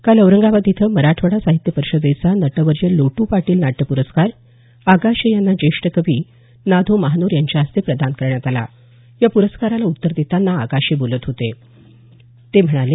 काल औरंगाबाद इथं मराठवाडा साहित्य परिषदेचा नटवर्य लोटू पाटील नाट्यप्रस्कार आगाशे यांना ज्येष्ठ कवी ना धों महानोर यांच्या हस्ते प्रदान करण्यात आला या प्रस्काराला उत्तर देताना आगाशे बोलत होते ते म्हणाले